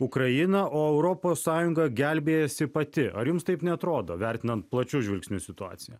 ukrainą o europos sąjunga gelbėjasi pati ar jums taip neatrodo vertinant plačiu žvilgsniu situaciją